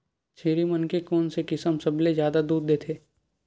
छेरी मन के कोन से किसम सबले जादा दूध देथे?